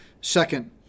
second